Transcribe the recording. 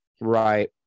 Right